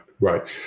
Right